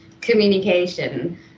communication